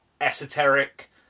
esoteric